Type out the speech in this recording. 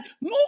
no